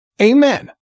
Amen